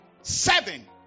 seven